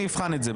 אני אבחן את זה,